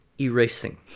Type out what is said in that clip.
erasing